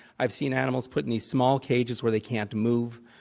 i've seen animals put in these small cages where they can't move.